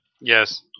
Yes